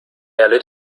erlitt